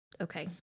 Okay